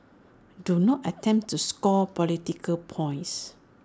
do not attempt to score political points